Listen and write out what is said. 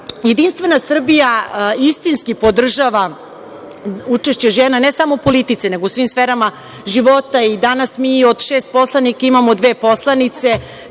funkciji. Jedinstvena Srbija istinski podržava učešće žena ne samo u politici, nego u svim sferama života. Danas mi od šest poslanika imamo dve poslanice,